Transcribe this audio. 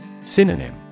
Synonym